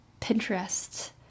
Pinterest